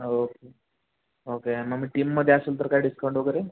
okay okay आणि मं मी टीममध्ये असेल तर काय डिस्काउंट वगैरे